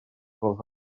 gwelwch